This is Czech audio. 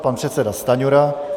Pan předseda Stanjura.